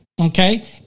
Okay